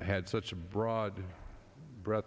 had such a broad breadth